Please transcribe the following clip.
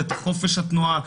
על חופש התנועה,